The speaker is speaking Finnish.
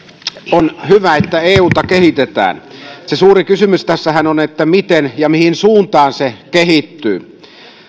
on hyvä että euta kehitetään se suuri kysymyshän tässä on että miten ja mihin suuntaan se kehittyy